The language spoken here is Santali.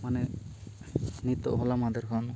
ᱢᱟᱱᱮ ᱱᱤᱛᱚᱜ ᱦᱚᱞᱟ ᱢᱟᱸᱫᱷᱮᱨ ᱠᱷᱚᱱ